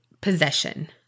possession